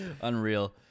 Unreal